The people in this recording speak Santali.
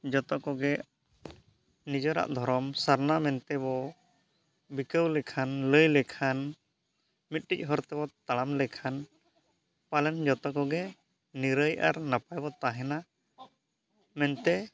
ᱡᱚᱛᱚ ᱠᱚᱜᱮ ᱱᱤᱡᱮᱨᱟᱜ ᱫᱷᱚᱨᱚᱢ ᱥᱟᱨᱱᱟ ᱢᱮᱱ ᱛᱮ ᱵᱚᱱ ᱵᱤᱠᱟᱹᱣ ᱞᱮᱠᱷᱟᱱ ᱞᱟᱹᱭ ᱞᱮᱠᱷᱟᱱ ᱢᱤᱫᱴᱤᱡ ᱦᱚᱨ ᱛᱮᱫᱚ ᱛᱟᱲᱟᱢ ᱞᱮᱠᱷᱟᱱ ᱯᱟᱞᱮᱱ ᱡᱚᱛᱚ ᱠᱚᱜᱮ ᱱᱤᱨᱟᱹᱭ ᱟᱨ ᱱᱟᱯᱟᱭ ᱵᱚᱱ ᱛᱟᱦᱮᱱᱟ ᱢᱮᱱᱛᱮ